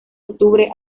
octubre